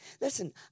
Listen